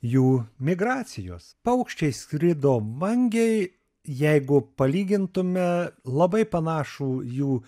jų migracijos paukščiai skrido vangiai jeigu palygintume labai panašų jų